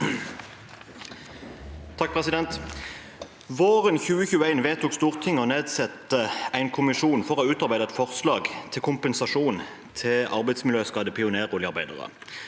«Våren 2021 vedtok Stortinget å nedsette en kommisjon for å utarbeide et forslag til kompensasjon til arbeidsmiljøskadde pioneroljearbeidere,